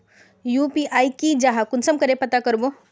UPI की जाहा कुंसम करे पता करबो?